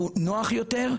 הוא נוח יותר,